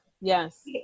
yes